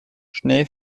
schnell